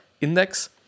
index